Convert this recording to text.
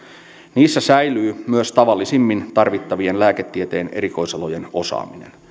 niissä säilyy myös tavallisimmin tarvittavien lääketieteen erikoisalojen osaaminen